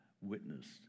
witnessed